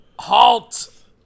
Halt